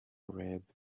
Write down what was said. red